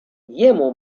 jemu